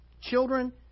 Children